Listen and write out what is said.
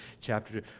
chapter